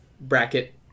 bracket